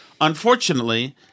unfortunately